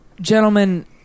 Gentlemen